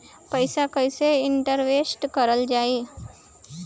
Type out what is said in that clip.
पैसा कईसे इनवेस्ट करल जाई?